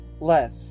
less